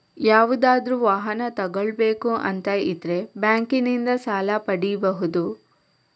ಯಾವುದಾದ್ರೂ ವಾಹನ ತಗೊಳ್ಬೇಕು ಅಂತ ಇದ್ರೆ ಬ್ಯಾಂಕಿನಿಂದ ಸಾಲ ಪಡೀಬಹುದು